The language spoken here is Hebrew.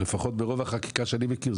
לפחות ברוב החקיקה שאני מכיר,